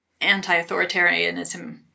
anti-authoritarianism